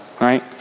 right